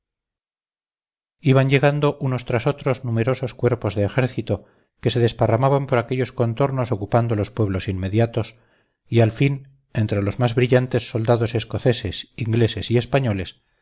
iban llegando unos tras otros numerosos cuerpos de ejército que se desparramaban por aquellos contornos ocupando los pueblos inmediatos y al fin entre los más brillantes soldados escoceses ingleses y españoles